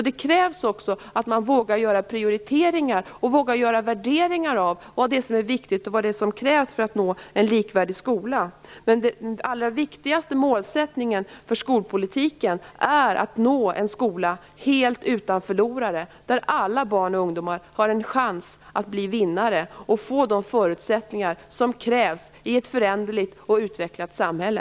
Det krävs också att man vågar göra prioriteringar och värderingar av vad det är som är viktigt och vad som krävs för att nå en likvärdig skola. Men den allra viktigaste målsättningen för skolpolitiken är att nå en skola helt utan förlorare, där alla barn och ungdomar har en chans att bli vinnare och få de förutsättningar som krävs i ett föränderligt och utvecklat samhälle.